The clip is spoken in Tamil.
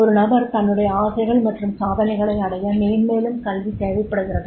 ஒரு நபர் தன்னுடைய ஆசைகள் மற்றும் சாதனைகளை அடைய மேன்மேலும் கல்வி தேவைப்படுகிறது